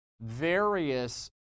various